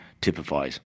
typifies